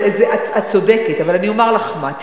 את צודקת, אבל אני אומר לך מה.